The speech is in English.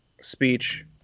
speech